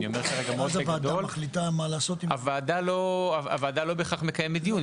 אז הוועדה מחליטה מה לעשות עם --- הוועדה לא בהכרח מקיימת דיון.